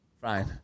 fine